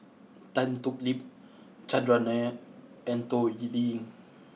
Tan Thoon Lip Chandran Nair and Toh Liying